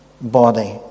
Body